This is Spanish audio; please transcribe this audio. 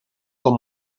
con